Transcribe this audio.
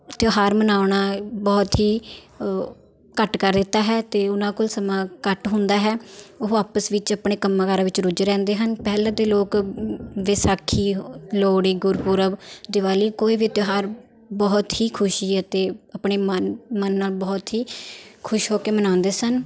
ਤਿਉਹਾਰ ਮਨਾਉਣਾ ਬਹੁਤ ਹੀ ਘੱਟ ਕਰ ਦਿੱਤਾ ਹੈ ਅਤੇ ਓਹਨਾਂ ਕੋਲ ਸਮਾਂ ਘੱਟ ਹੁੰਦਾ ਹੈ ਉਹ ਆਪਸ ਵਿੱਚ ਆਪਣੇ ਕੰਮਾਂ ਕਾਰਾਂ ਵਿੱਚ ਰੁੱਝੇ ਰਹਿੰਦੇ ਹਨ ਪਹਿਲੇ ਦੇ ਲੋਕ ਵਿਸਾਖੀ ਲੋਹੜੀ ਗੁਰਪੁਰਬ ਦੀਵਾਲੀ ਕੋਈ ਵੀ ਤਿਉਹਾਰ ਬਹੁਤ ਹੀ ਖੁਸ਼ੀ ਅਤੇ ਆਪਣੇ ਮਨ ਮਨ ਨਾਲ ਬਹੁਤ ਹੀ ਖੁਸ਼ ਹੋ ਕੇ ਮਨਾਉਂਦੇ ਸਨ